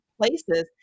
places